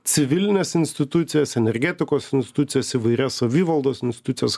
civilines institucijas energetikos institucijas įvairias savivaldos institucijas